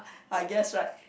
I guess right